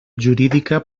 jurídica